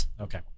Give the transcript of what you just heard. okay